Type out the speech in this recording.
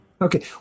Okay